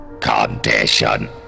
condition